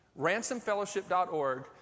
Ransomfellowship.org